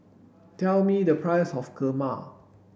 tell me the price of kurma